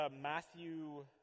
Matthew